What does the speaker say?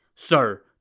Sir